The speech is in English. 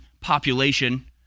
population